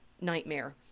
nightmare